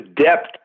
depth